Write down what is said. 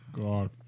God